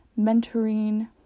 mentoring